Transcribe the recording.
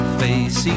face